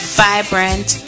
vibrant